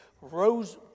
rose